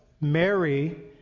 Mary